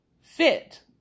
fit